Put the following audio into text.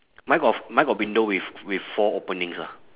mine got mine got window with with four openings ah